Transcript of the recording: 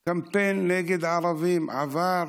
קמפיין נגד ערבים עבר,